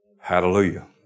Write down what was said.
Hallelujah